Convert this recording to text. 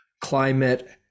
climate